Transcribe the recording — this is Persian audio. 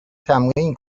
تمرین